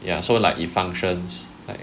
ya so like it functions like